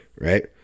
right